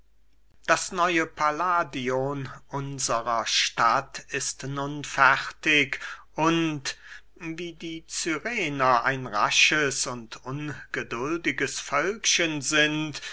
das neue palladion unsrer stadt ist nun fertig und wie die cyrener ein rasches und ungeduldiges völkchen sind